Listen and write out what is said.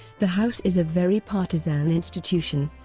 the house is a very partisan institution,